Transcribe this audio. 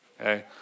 Okay